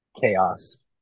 Chaos